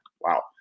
Wow